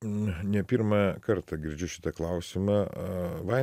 na ne pirmą kartą girdžiu šitą klausimą